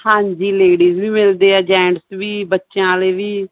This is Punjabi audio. ਹਾਂਜੀ ਲੇਡੀਜ਼ ਵੀ ਮਿਲਦੇ ਆ ਜੈਂਟਸ ਵੀ ਬੱਚਿਆਂ ਵਾਲੇ ਵੀ